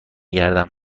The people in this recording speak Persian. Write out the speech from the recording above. گردم